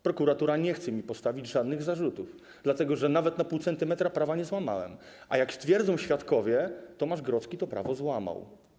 Prokuratura nie chce mi postawić żadnych zarzutów, dlatego że nawet na pół centymetra prawa nie złamałem, a jak twierdzą świadkowie, Tomasz Grodzki to prawo złamał.